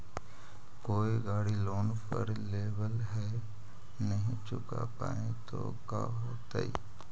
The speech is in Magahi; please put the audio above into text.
कोई गाड़ी लोन पर लेबल है नही चुका पाए तो का होतई?